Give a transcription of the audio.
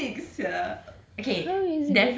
it would be so epic sia